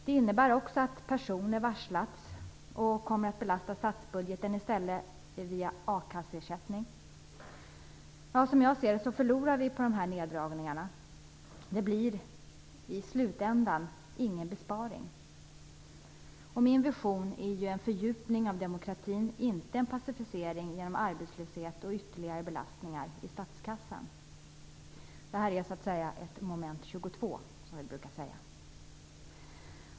Det innebär också att personer har varslats och i stället kommer att belasta statsbudgeten via akasseersättning. Som jag ser det, förlorar vi på de här neddragningarna. Det blir i slutändan ingen besparing. Min vision är en fördjupning av demokratin, inte en passivisering genom arbetslöshet och ytterligare belastningar i statskassan. Det här är så att säga ett moment 22, som vi brukar säga.